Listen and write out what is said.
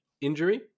injury